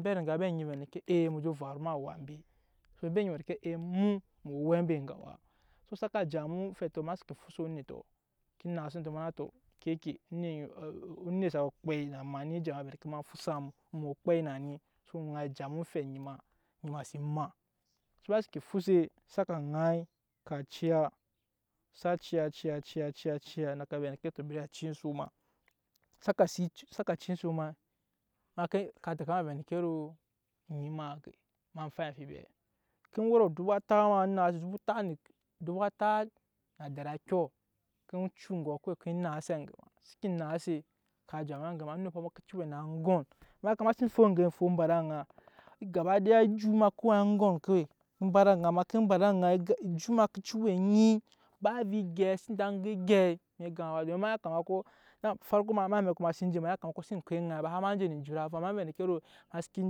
Embe riga mbe nyi vɛɛ ee mu je varu em'awa mbe so embe nyi vɛ endeke emu mu we owɛ mbe ega awaso saka ja ma omfɛtɔ ma fuse onetɔ ke naase ma na tɔ eŋke ke onet sa we okpɛi na ma eni vɛ ma fusa mu mu we onyi okpɛi na ni so ŋai ja ma omfɛt onyi ma onyi ma sen maa, se ma seke fuse saka ŋai ka ciya sa ciya na ka vɛ endeke na tɔ bari a ciya ensok ma saka ciya ensok ma ka tɛka ma vɛ endeke ro onyi ma ma fai amfibiɛ ma ke wot adubu atat ma naase adubu atat na adɛri akyɔ ke cu eŋgɔkɔ ke naase aŋge ma seke naase ka ja ma aŋge ma onumpɔ ma ke cii we na aŋgɔm ma yakama ma seen fo eŋge efo ba ed'aŋa gabadaya ejut ma ke cii we aŋgɔm kawai ba ed'aŋa ma ke ba ed'aŋa ejut ma ke cii we enyi ba ovɛ egyɛi sen da go egyɛi em'egap ma ba don ma yakama ko farko ma em'amɛkɔ ema sen je ma yakama ma xsen ko eŋai ba har ma je ne ejut ava ma vɛ endeke ro ema seke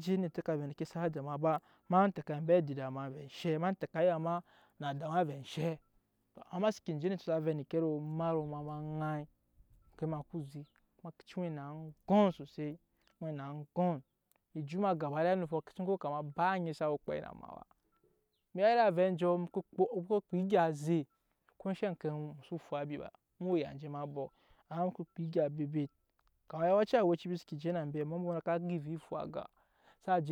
je onetɔ ka vɛ endeke ro eni xsa ja ma ba ma tɛke ambe adida ma vɛ enshɛ? Ma tɛke aya ma na ada ma vɛ enshɛ amma seke je onetɔ sa vɛ endeke ro ma ro ma ba ŋai oŋke eŋke ozek ea ke cii we na aŋgɔm sosai we na aŋgɔm ejut ma gadaya onumpɔ ma ke go kama ba anyi xsa we okpɛi na ma ba, mu ya iri avɛ enjɔ mu ko kpa egya eze, ko enshɛ oŋke u xso fwabi ba mu ya enje em'abɔk amma soko kpa egyɛi bebet kama yawanci awɛci embi seke je na mbe ambɔmbɔnɔ ka go ovɛ efwa aga xsa je.